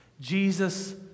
Jesus